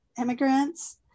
immigrants